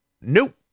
Nope